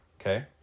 okay